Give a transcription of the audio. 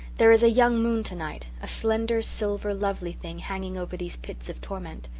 there is a young moon tonight a slender, silver, lovely thing hanging over these pits of torment.